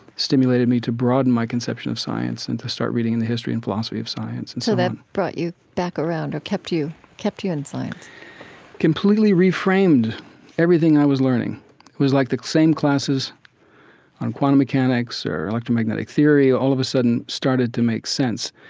stimulated me to broaden my conception of science and to start reading the history and philosophy of science and so on brought you back around, or kept you kept you in science completely reframed everything i was learning. it was like the same classes on quantum mechanics or electromagnetic theory all of a sudden started to make sense.